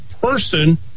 person